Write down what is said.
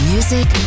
Music